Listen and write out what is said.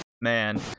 Man